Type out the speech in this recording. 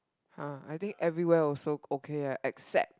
!huh! I think everywhere also okay leh except